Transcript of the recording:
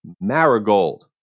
Marigold